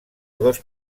dos